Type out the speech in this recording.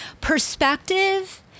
perspective